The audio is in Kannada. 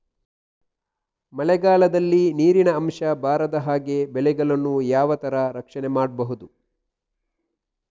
ಮಳೆಗಾಲದಲ್ಲಿ ನೀರಿನ ಅಂಶ ಬಾರದ ಹಾಗೆ ಬೆಳೆಗಳನ್ನು ಯಾವ ತರ ರಕ್ಷಣೆ ಮಾಡ್ಬಹುದು?